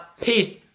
Peace